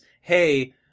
Hey